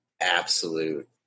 absolute